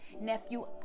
nephew